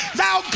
thou